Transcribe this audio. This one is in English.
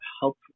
help